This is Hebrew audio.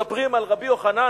מספרים על רבי יוחנן,